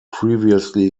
previously